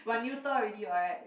one neuter already [what] right